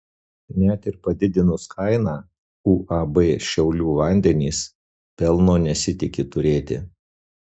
net ir padidinus kainą uab šiaulių vandenys pelno nesitiki turėti